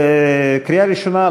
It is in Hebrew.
קריאה ראשונה,